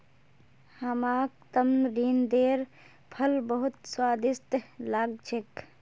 हमाक तमरिंदेर फल बहुत स्वादिष्ट लाग छेक